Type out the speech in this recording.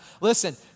Listen